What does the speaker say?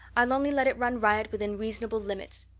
i'll only let it run riot within reasonable limits.